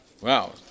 Wow